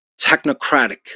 technocratic